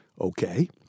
Okay